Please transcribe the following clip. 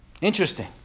Interesting